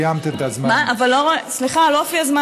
סתיו, לפני שלוש שנים לא, וגם לא לפני חמש,